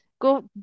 go